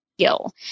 skill